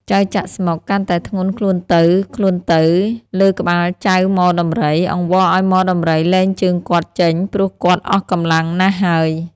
ចៅចាក់ស្មុគ កាន់តែធ្ងន់ខ្លួនទៅៗ លើក្បាលចៅ ហ្មដំរី អង្វរឱ្យហ្មដំរី លែងជើងគាត់ចេញព្រោះគាត់អស់កំលាំងណាស់ហើយ។